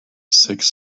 six